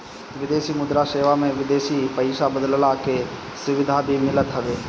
विदेशी मुद्रा सेवा में विदेशी पईसा बदलला के सुविधा भी मिलत हवे